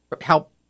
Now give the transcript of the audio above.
help